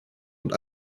und